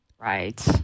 right